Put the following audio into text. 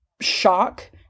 shock